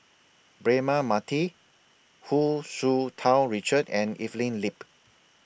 Braema Mathi Hu Tsu Tau Richard and Evelyn Lip